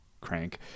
crank